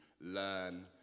learn